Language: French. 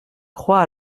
crois